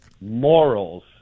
morals